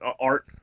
art